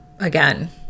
again